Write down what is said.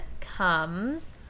comes